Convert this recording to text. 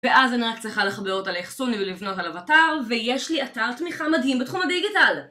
ואז אני רק צריכה לחבר אותה לאחסון ולבנות עליו אתר ויש לי אתר תמיכה מדהים בתחום הדיגיטל!